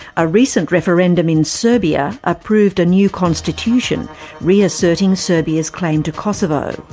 a recent referendum in serbia approved a new constitution reasserting serbia's claim to kosovo,